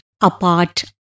apart